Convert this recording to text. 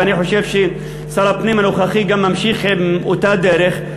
ואני חושב ששר הפנים הנוכחי גם ממשיך באותה דרך,